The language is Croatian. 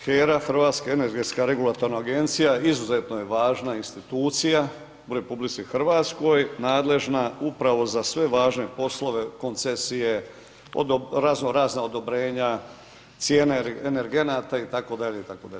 HERA, Hrvatska energetska regulatorna agencija, izuzetno je važna institucija u RH, nadležna upravo za sve važne poslove, koncesije, razno razna odobrenja, cijene energenata itd. itd.